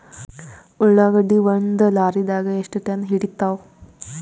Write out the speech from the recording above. ಉಳ್ಳಾಗಡ್ಡಿ ಒಂದ ಲಾರಿದಾಗ ಎಷ್ಟ ಟನ್ ಹಿಡಿತ್ತಾವ?